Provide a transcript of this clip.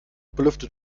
belüftet